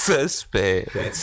Suspect